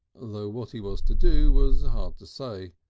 though what he was to do was hard to say.